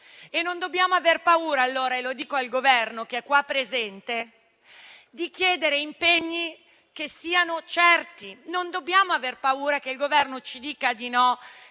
Non dobbiamo aver paura - lo dico al Governo qui presente - di chiedere impegni che siano certi. Non dobbiamo aver paura che il Governo ci dica di no